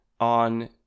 on